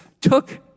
took